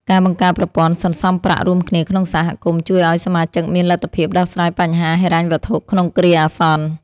ការបង្កើតប្រព័ន្ធសន្សំប្រាក់រួមគ្នាក្នុងសហគមន៍ជួយឱ្យសមាជិកមានលទ្ធភាពដោះស្រាយបញ្ហាហិរញ្ញវត្ថុក្នុងគ្រាអាសន្ន។